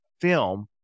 film